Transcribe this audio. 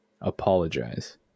apologize